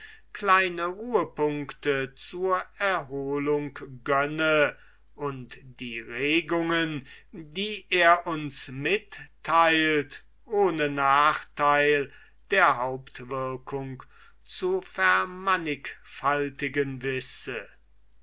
kleine ruhepunkte zur erholung gönne und die regungen die er uns mitteilt ohne nachteil der hauptwirkung zu vermannichfaltigen wisse